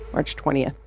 march twenty ah